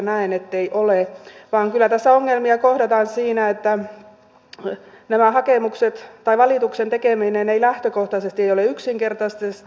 näen ettei ole vaan kyllä tässä ongelmia kohdataan siinä että valituksen tekeminen ei lähtökohtaisesti ole yksinkertaista